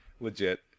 legit